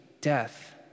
death